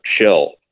chill